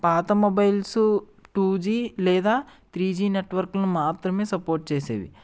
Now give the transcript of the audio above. పాత mobiles two G లేదా three G నెట్వర్కులు మాత్రమే సపోర్ట్ చేసేవి